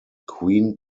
queen